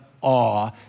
awe